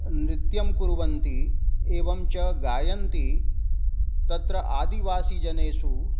नृत्यं कुर्वन्ति एवं च गायन्ति तत्र आदिवासिजनेषु